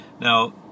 Now